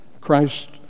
Christ